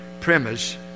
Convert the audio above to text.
premise